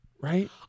Right